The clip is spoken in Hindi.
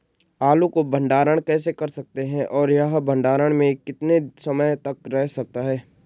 आलू को भंडारण कैसे कर सकते हैं और यह भंडारण में कितने समय तक रह सकता है?